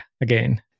again